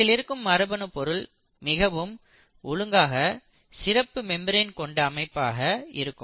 இதில் இருக்கும் மரபணு பொருள் மிகவும் ஒழுங்காக சிறப்பு மெம்பிரன் கொண்ட அமைப்பாக இருக்கும்